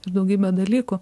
daugybė dalykų